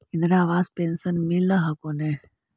Indira Awas pension मिल हको ने?